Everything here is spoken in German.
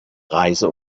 reise